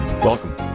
Welcome